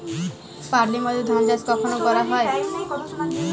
Puddling পদ্ধতিতে ধান চাষ কখন করা হয়?